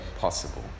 possible